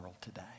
today